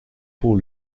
pour